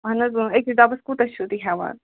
اَہن حظ أکِس ڈَبَس کوٗتاہ چھُو تُہۍ ہٮ۪وان